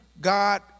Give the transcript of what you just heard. God